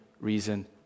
reason